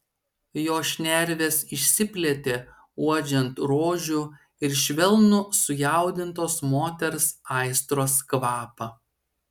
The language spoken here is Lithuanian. jo šnervės išsiplėtė uodžiant rožių ir švelnų sujaudintos moters aistros kvapą